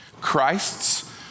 Christ's